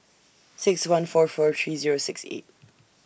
six one four four three Zero six eight